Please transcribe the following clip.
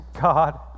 God